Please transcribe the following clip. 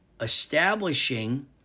establishing